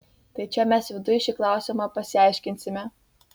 tai čia mes viduj šį klausimą pasiaiškinsime